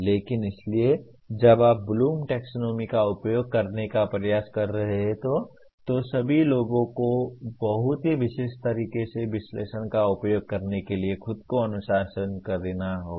लेकिन इसलिए जब आप ब्लूम टैक्सोनॉमी का उपयोग करने का प्रयास कर रहे हैं तो सभी लोगों को बहुत ही विशिष्ट तरीके से विश्लेषण का उपयोग करने के लिए खुद को अनुशासित करना होगा